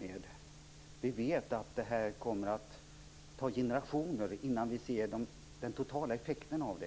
med? Vi vet att det kommer att ta generationer innan vi ser de totala effekterna.